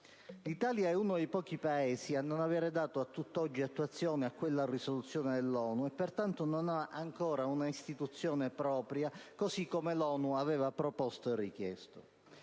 L'Italia è uno dei pochi Paesi a non avere dato a tutt'oggi attuazione a quella risoluzione dell'ONU e, pertanto, non ha ancora un'istituzione nazionale, così come proposto dall'ONU.